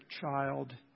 child